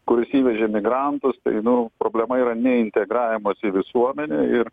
kur įsivežė migrantus tai nu problema yra ne integravimas į visuomenę ir